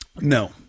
No